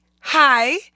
hi